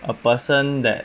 a person that